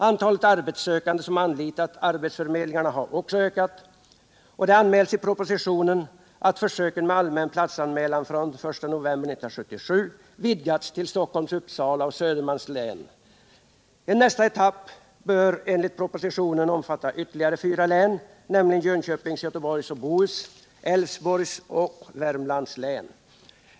Antalet arbetssökande som anlitat arbetsförmedlingarna har också ökat, och det anmäls i propositionen att försöken med allmän platsanmälan från 1 november 1977 vidgats till Stockholms, Uppsala och Södermanlands län. En nästa etapp bör enligt propositionen omfatta ytterligare fyra län, nämligen Jönköpings, Göteborgs och Bohus, Älvsborgs och Värmlands län.